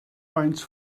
faint